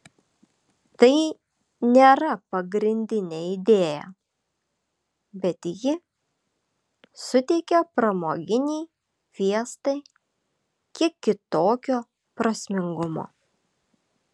tai nėra pagrindinė idėja bet ji suteikia pramoginei fiestai kiek kitokio prasmingumo